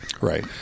Right